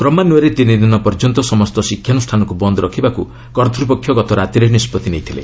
କ୍ରମାନ୍ୱୟରେ ତିନିଦିନ ପର୍ଯ୍ୟନ୍ତ ସମସ୍ତ ଶିକ୍ଷାନୁଷ୍ଠାନକୁ ବନ୍ଦ ରଖିବାକୁ କର୍ତ୍ତପକ୍ଷ ଗତରାତିରେ ନିଷ୍ପଭି ନେଇଥିଲେ